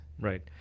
Right